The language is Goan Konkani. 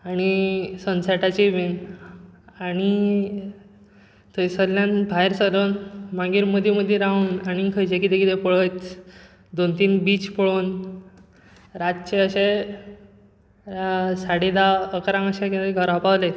आनी सनसॅटाचे बी आनी थंय सरल्यान भायर सरोन मागीर मदीं मदीं रावन आनी खंयचें कितें कितें पळयत दोन तीन बीच पळोवन रातचें अशें साडे धा अकरांक अशें कितें तरी घरा पावलें